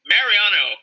Mariano